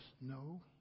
No